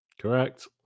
Correct